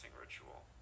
ritual